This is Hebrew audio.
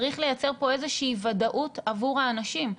צריך לייצר פה איזה שהיא ודאות עבור האנשים.